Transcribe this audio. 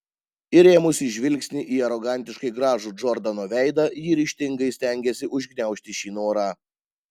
įrėmusi žvilgsnį į arogantiškai gražų džordano veidą ji ryžtingai stengėsi užgniaužti šį norą